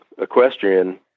equestrian